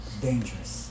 dangerous